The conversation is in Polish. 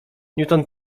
newton